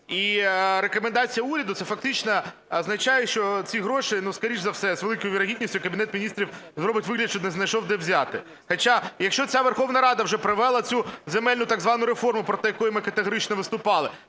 І рекомендація уряду, це фактично означає, що ці гроші, скоріш за все, з великою вірогідністю Кабінет Міністрів зробить вигляд, що не знайшов, де взяти. Хоча, якщо ця Верховна Рада вже провела цю земельну так звану реформу, проти якої ми категорично виступали,